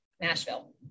Nashville